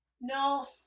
No